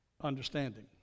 understanding